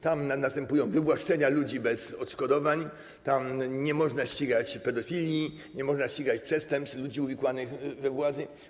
Tam następują wywłaszczenia ludzi bez odszkodowań, tam nie można ścigać pedofilii, nie można ścigać przestępstw ludzi uwikłanych we władzę.